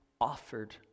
offered